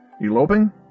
Eloping